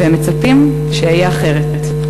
והם מצפים שאהיה אחרת.